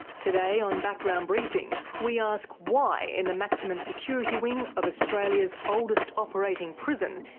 today on background briefing, we ask why in the maximum security wing of australia's oldest operating prison,